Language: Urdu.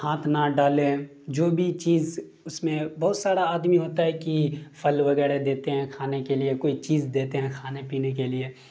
ہاتھ نہ ڈالیں جو بھی چیز اس میں بہت سارا آدمی ہوتا ہے کہ پھل وغیرہ دیتے ہیں کھانے کے لیے کوئی چیز دیتے ہیں کھانے پینے کے لیے